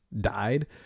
died